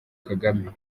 kagame